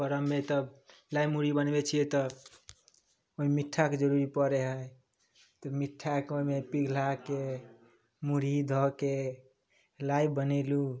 परबमे तब लाइ मुरही बनबै छिए तऽ ओहिमे मिट्ठाके जरूरी पड़ै हइ तऽ मिट्ठाके ओहिमे पिघलाके मुरही धऽके लाइ बनेलहुँ